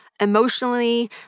emotionally